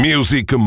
Music